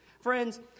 Friends